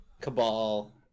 cabal